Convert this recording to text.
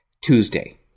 Tuesday